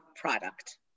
product